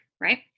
Right